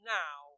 now